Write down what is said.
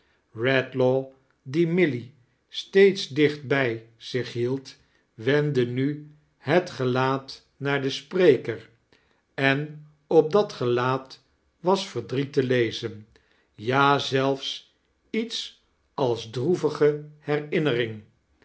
die milly steeds dichtbij zich hield wendde nu het gelaat naar den spreker en op dat gelaat was verdriet te lezen ja zelfs iets als droevige herinnering